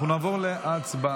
אנחנו נעבור להצבעה.